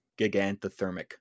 gigantothermic